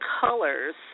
colors